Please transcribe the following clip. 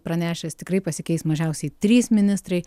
pranešęs tikrai pasikeis mažiausiai trys ministrai